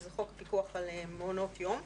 שזה חוק פיקוח על מעונות יום,